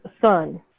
son